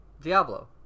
Diablo